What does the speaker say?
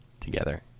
together